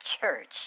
church